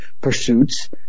pursuits